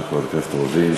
בבקשה, חברת הכנסת רוזין.